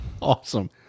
awesome